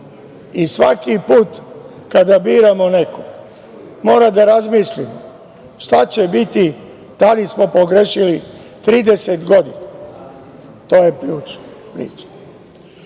i svaki put kada biramo nekog moramo da razmišljamo šta će biti, da li smo pogrešili 30 godina. To je ključ priče. Nešto